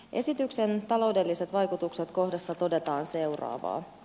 esityksen taloudelliset vaikutukset kohdassa todetaan seuraavaa